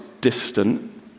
distant